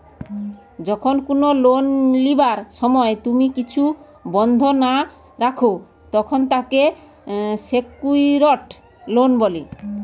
যখন কুনো লোন লিবার সময় তুমি কিছু বন্ধক না রাখো, তখন তাকে সেক্যুরড লোন বলে